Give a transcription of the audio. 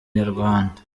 nyarwanda